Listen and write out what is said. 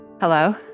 Hello